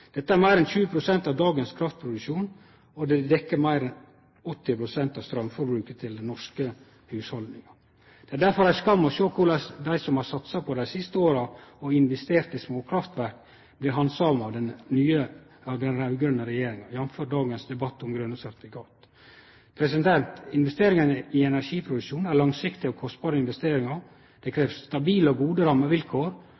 Dette er meir enn 20 pst. av dagens kraftproduksjon, og det dekkjer meir enn 80 pst. av straumforbruket til norske hushaldningar. Det er derfor ei skam å sjå korleis dei som har satsa dei siste åra og investert i småkraftverk, har vorte handsama av den raud-grøne regjeringa, jf. dagens debatt om grøne sertifikat. Investeringane i energiproduksjon er langsiktige og kostbare investeringar. Det